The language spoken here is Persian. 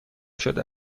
شده